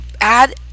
add